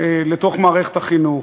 לתוך מערכת החינוך.